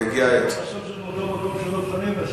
אני יכול לעשות את זה מאותו מקום שדב חנין עשה.